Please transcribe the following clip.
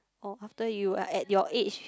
or after you are at your age